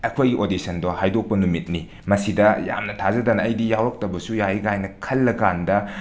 ꯑꯩꯈꯣꯏ ꯑꯣꯗꯤꯁꯟꯗꯣ ꯍꯥꯏꯗꯣꯛꯄ ꯅꯨꯃꯤꯠꯅꯤ ꯃꯁꯤꯗ ꯌꯥꯝꯅ ꯊꯥꯖꯗꯅ ꯑꯩꯗꯤ ꯌꯥꯎꯔꯛꯇꯕꯁꯨ ꯌꯥꯏ ꯀꯥꯏꯅ ꯈꯜꯂ ꯀꯥꯟꯗ